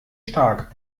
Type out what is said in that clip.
stark